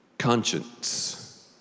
conscience